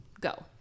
go